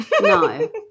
No